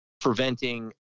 preventing